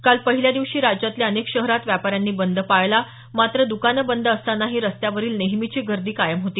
काल पहिल्या दिवशी राज्यातल्या अनेक शहरात व्यापाऱ्यांनी बंद पाळला मात्र दुकानं बंद असतानाही रस्त्यावरील नेहमीची गर्दी कायम होती